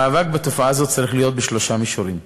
המאבק בתופעה זו צריך להיות בשלושה מישורים: